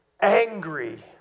angry